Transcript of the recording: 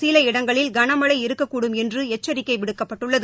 சில இடங்களில் கனமழை இருக்கக்கூடும் என்று எச்சிக்கை விடுக்கப்பட்டுள்ளது